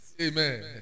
Amen